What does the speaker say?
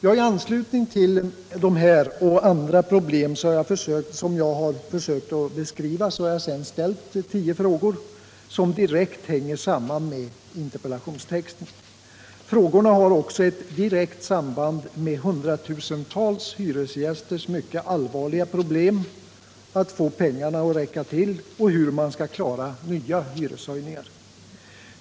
I anslutning till dessa och andra problem som jag försökt beskriva har jag sedan ställt tio frågor som direkt hänger samman med interpellationstexten. Frågorna har också ett direkt samband med hundratusentals hyresgästers mycket allvarliga problem att få pengarna att räcka till och hur man skall klara nya hyreshöjningar.